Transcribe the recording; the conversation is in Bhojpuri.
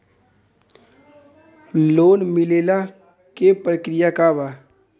लोन मिलेला के प्रक्रिया का बा?